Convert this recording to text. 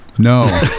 No